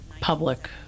public –